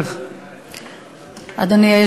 ואחריה,